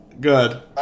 Good